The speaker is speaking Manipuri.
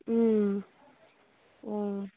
ꯎꯝ ꯑꯣ